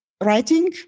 writing